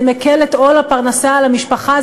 זה מקל את עול הפרנסה על המשפחה,